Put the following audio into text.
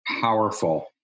powerful